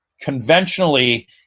conventionally